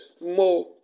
more